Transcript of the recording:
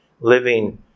living